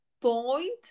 point